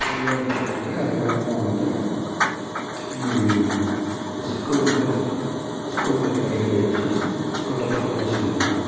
பையன் பிறந்து அதுக்கப்புறம் வந்து ஸ்கூலில் ஸ்கூலில் படிக்க வைச்சு ஸ்கூலில் படிக்க வைச்சுருந்தோம்